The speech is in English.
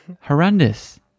Horrendous